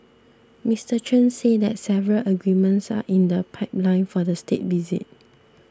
Mister Chen said that several agreements are in the pipeline for the State Visit